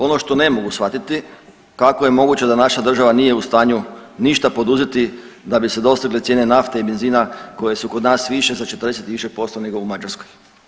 Ono što ne mogu shvatiti, kako je moguće da naša država nije u stanju ništa poduzeti da bi se dostigle cijene nafte i benzina koje su kod nas više za 40 i više posto nego u Mađarskoj.